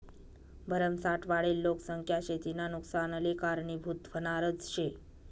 भरमसाठ वाढेल लोकसंख्या शेतीना नुकसानले कारनीभूत व्हनारज शे